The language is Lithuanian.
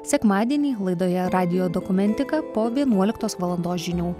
sekmadienį laidoje radijo dokumentika po vienuoliktos valandos žinių